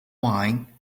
wine